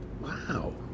wow